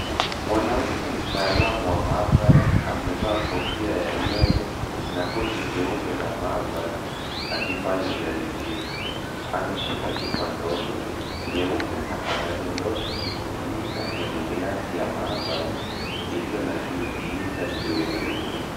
Mwanamke mtaalamu wa mahabara amevaa kofia ya nywele, na koti jeupe la mahabara akifanya jaribio. Anashika chupa ndogo nyeupe na anadodosha kimiminika kwenye glasi ya mahabara iliyo na kimiminika cheupe.